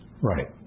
right